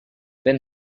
then